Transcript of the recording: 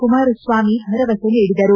ಕುಮಾರಸ್ವಾಮಿ ಭರವಸೆ ನೀಡಿದರು